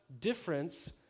difference